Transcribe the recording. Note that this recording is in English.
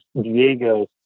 Diego